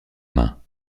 main